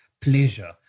pleasure